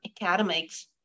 academics